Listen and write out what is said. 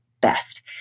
best